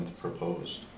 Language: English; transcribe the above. proposed